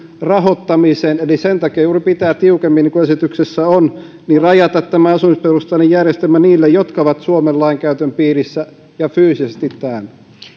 rahoittamiseen eli sen takia juuri pitää tiukemmin niin kuin esityksessä on rajata tämä asumisperusteinen järjestelmä niille jotka ovat suomen lainkäytön piirissä ja fyysisesti täällä